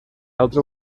altra